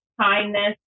kindness